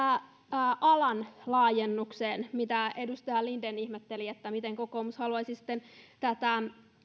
alan laajennukseen edustaja linden ihmetteli että miten kokoomus haluaisi sitten tätä